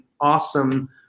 awesome